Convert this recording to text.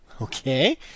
Okay